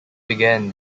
began